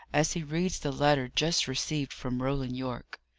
as he reads the letter just received from roland yorke.